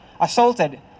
assaulted